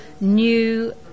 new